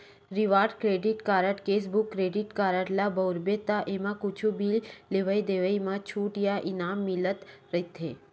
reward credit card, cashback credit card ल बउरबे त एमा कुछु भी लेवइ देवइ म छूट या इनाम मिलत रहिथे